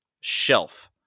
shelf